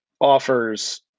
offers